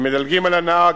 ומדלגים על הנהג,